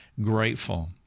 grateful